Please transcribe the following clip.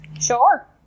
Sure